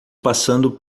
passando